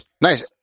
Nice